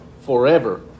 forever